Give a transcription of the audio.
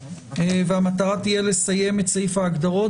והמטרה תהיה לסיים את סעיף ההגדרות,